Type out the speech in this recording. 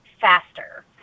faster